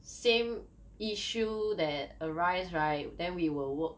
same issue that arise right then we will work